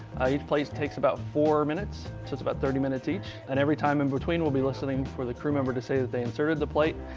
each plate takes about four minutes so it's about thirty minutes each. and every time in between, we'll be listening for the crew member to say that they inserted the plate.